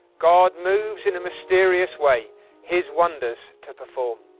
god moves in a mysterious way his wonders to perform.